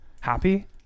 Happy